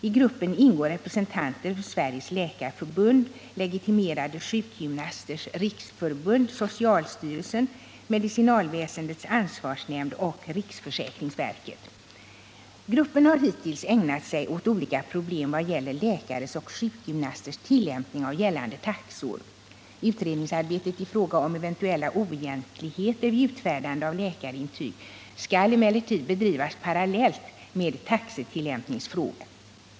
I gruppen ingår representanter för Sveriges läkarförbund, Legitimerade sjukgymnasters riksförbund, socialstyrelsen, medicinalväsendets ansvarsnämnd och riksförsäkringsverket. Gruppen har hittills ägnat sig åt olika problem vad gäller läkares och sjukgymnasters tillämpning av gällande taxor. Utredningsarbetet i fråga om eventuella oegentligheter vid utfärdande av läkarintyg skall emellertid bedrivas parallellt med taxetillämpningsfrågan.